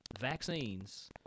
Vaccines